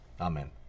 Amen